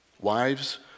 Wives